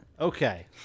Okay